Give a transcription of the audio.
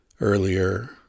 earlier